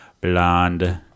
blonde